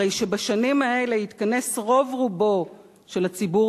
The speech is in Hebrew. הרי שבשנים האלה התכנס רוב-רובו של הציבור